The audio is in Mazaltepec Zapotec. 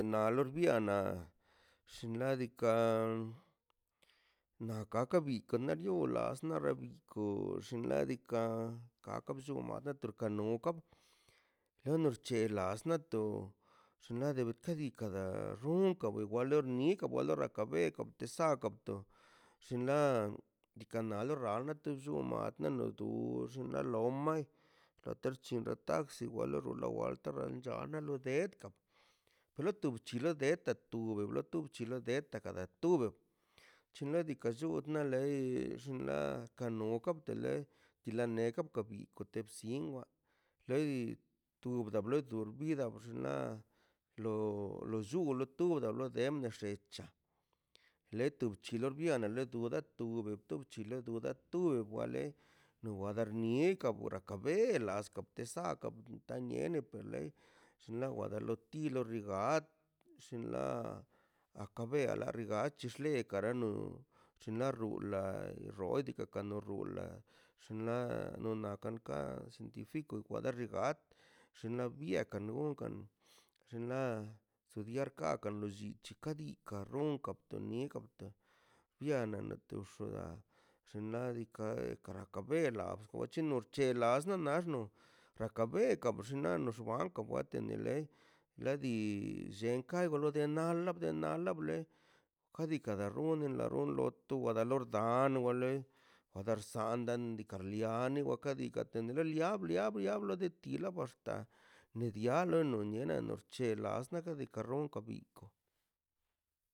Na lorbiana xinladika naka birka lo io olasna nabiko xinladika ka ka prona kaka bxonoka lenna xc̱heslasna to xinladika bto da runka wa bale xnikan rawa rakabela te kata zabəto xinla diikaꞌ naa a rab nata xunb lab ana nato unna xuma lomai lota wa c̱he taxi wani wa na loi na lo dedka pela pelo chidetka to bchila dedkani tub xinandika llunda lei xinla ke kano wa te lei tila neka kwabik watebzinkwa lei to da bleitu por vida xinla lo llulə tud tu lo dem rec̱ha leto bchu rro rianaꞌ tub di chu le da da tub wa le no wadar niekan por aka bela to aska sakan taniele per lei xnaꞌ wada lo tile wado baat xinla aka bela xingachi sbea rano xinla rula roola dukan la run adaka le runna xinla nunnaꞌ la kanka difiku kwadern na gat xinla bieka run kan xinla xudiakakan lo lli chika dika ronka ptika nikan na naten xudaꞌ xinladika e kara kabela archena bc̱helas no naxno raka beka xinno noxa wante kale la dii llenkaꞌ anla la bḻe kadika la rune la ron onloto lo wo warda an wale wadarsan da diikaꞌ rialen waka diikaꞌ ten riable diable diikaꞌ xta ni diable no niable loxchina te las diikaꞌ ronkan biko.